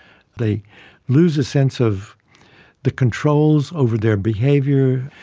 they lose a sense of the controls over their behaviour,